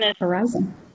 horizon